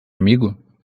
amigo